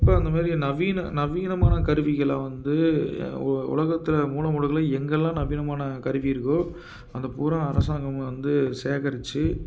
இப்போ அந்த மாதிரி நவீன நவீனமான கருவிகளை வந்து ஒ உலகத்தில் மூலமுடுக்கில் எங்கெல்லாம் நவீனமான கருவி இருக்கோ அந்த பூராக அரசாங்கம் வந்து சேகரித்து